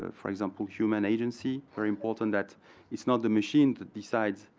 ah for example, human agency. very important that it's not the machine that decides,